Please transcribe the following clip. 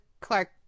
Clark